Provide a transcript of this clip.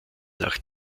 nach